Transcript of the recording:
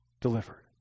delivered